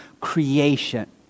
creation